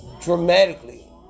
Dramatically